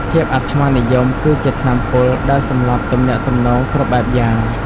ភាពអាត្មានិយមគឺជាថ្នាំពុលដែលសម្លាប់ទំនាក់ទំនងគ្រប់បែបយ៉ាង។